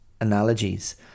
analogies